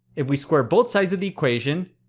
if we square both sides of the equation.